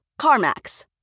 CarMax